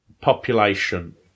population